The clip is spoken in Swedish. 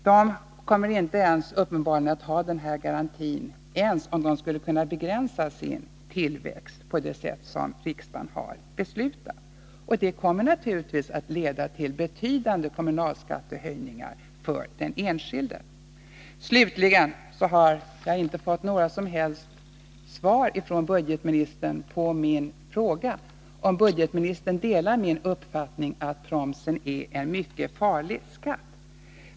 De kommer uppenbarligen inte att ha den garantin ens om de skulle kunna begränsa sin tillväxt på det sätt som riksdagen har beslutat. Detta kommer naturligtvis att leda till betydande kommunalskattehöjningar för den enskilde. 3. Slutligen har jag inte fått några som helst svar från budgetministern på min fråga, om budgetministern delar min uppfattning att promsen är en mycket farlig skatt.